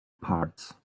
parts